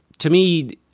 to me,